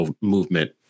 movement